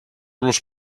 los